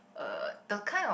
uh the kind of